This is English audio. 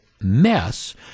mess